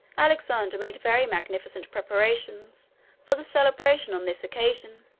alexander made very magnificent preparations for the celebration on this occasion.